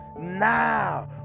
now